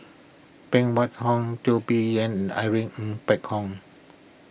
Phan Wait Hong Teo Bee Yen Irene Ng Phek Hoong